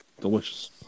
Delicious